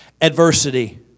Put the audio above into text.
adversity